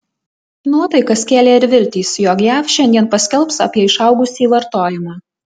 nuotaikas kėlė ir viltys jog jav šiandien paskelbs apie išaugusį vartojimą